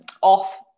off